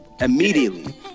immediately